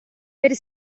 per